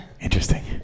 Interesting